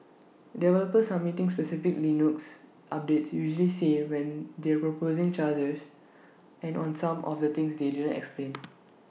developers submitting specific Linux updates usually say when they're proposing chargers and on some of the things they didn't explain